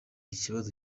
ikibazo